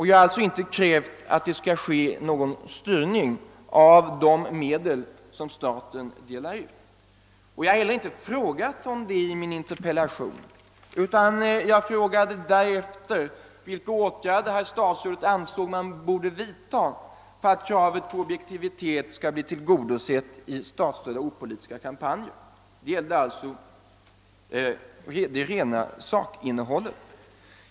Jag har inte krävt att det skall ske någon styrning av de medel som staten delar ut, och jag har heller inte frågat om detta i min interpellation. Jag har frågat efter vilka åtgärder statsrådet anser att man borde vidta för att kravet på objektivitet skall bli tillgodosett i statsunderstödda opolitiska kampanjer. Interpellationen gällde alltså det rena sakinnehållet.